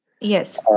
Yes